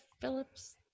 phillips